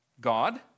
God